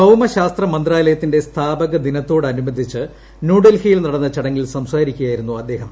ഭൌമ ശാസ്ത്ര മന്ത്രാലയത്തിന്റെ സ്ഥാപക ദിനത്തോടനുബന്ധിച്ച് ന്യൂഡൽഹിയിൽ നടന്ന ചടങ്ങിൽ സംസാരിക്കുകയായിരുന്നു അദ്ദേഹം